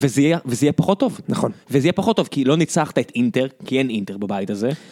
וזה יהיה פחות טוב, נכון, וזה יהיה פחות טוב, כי לא ניצחת את אינטר, כי אין אינטר בבית הזה.